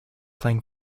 playing